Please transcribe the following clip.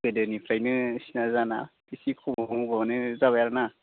गोदोनिफ्रायनो सिना जाना एसे खमावनो हरनाय जाबाय आरो ना